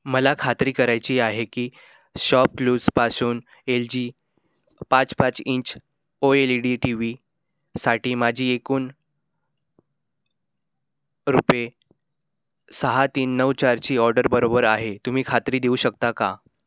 मला खात्री करायची आहे की शॉपक्लूजपासून एल जी पाच पाच inch O L E D T व्हीसाठी माझी एकूण रुपये सहा तीन नऊ चारची ऑर्डर बरोबर आहे तुम्ही खात्री देऊ शकता का